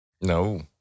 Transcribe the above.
no